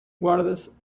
guards